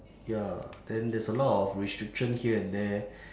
ya then there's a lot of restriction here and there